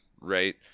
right